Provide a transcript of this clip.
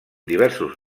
diversos